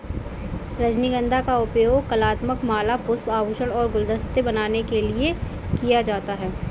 रजनीगंधा का उपयोग कलात्मक माला, पुष्प, आभूषण और गुलदस्ते बनाने के लिए किया जाता है